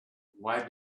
why